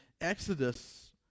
Exodus